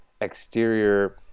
exterior